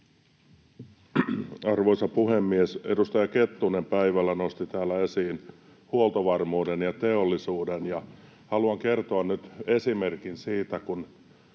Arvoisa puhemies! Edustaja Kettunen nosti päivällä täällä esiin huoltovarmuuden ja teollisuuden, ja haluan kertoa nyt esimerkin siitä,